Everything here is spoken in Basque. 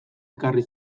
ekarri